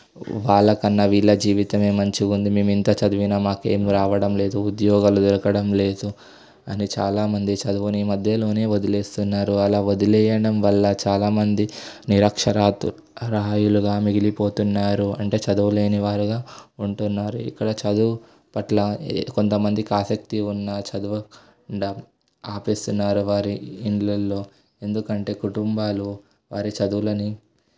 వాళ్ళ కన్నా వీళ్ళ జీవితమే మంచిగా ఉంది మేము ఇంత చదివినా మాకేం రావడం లేదు ఉద్యోగాలు దొరకడం లేదు అని చాలామంది చదువుని మధ్యలోనే వదిలేస్తున్నారు అలా వదిలేయడం వల్ల చాలామంది నిరక్ష్యరాత రాయలుగా మిగిలిపోతున్నారు అంటే చదవలేని వారుగా ఉంటున్నారు ఇక్కడ చదువు పట్ల కొంతమందికి ఆసక్తి ఉన్న చదవకుండా ఆపేస్తున్నారు వారి ఇళ్ళల్లో ఎందుకంటే కుటుంబాలు వారి చదువులని